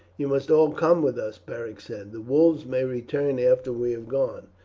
you must all come with us, beric said the wolves may return after we have gone.